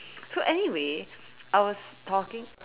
so anyway I was talking